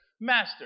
Master